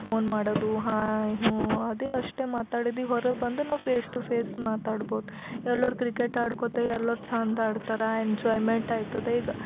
phone ಮಾಡೋದು hi ಹ್ಞೂ ಅದೇ ಅಷ್ಟೆ ಮಾತಾಡೋದು ಈಗ ಹೊರಗೆ ಬಂದು ನಾವು ಫೇಸ್ ಟು ಫೇಸ್ ಮಾತಾಡ್ಬಹುದು ಎಲ್ಲರ ಕ್ರಿಕೆಟ್ ಆಡ್ಕೊಳ್ತಾ ಎಲ್ಲರು ಚೆಂದ ಆಡ್ತಾರ ಎಂಜಾಯ್ಮೆಂಟ್ ಆಯ್ತದ ಈಗ